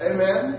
Amen